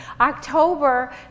October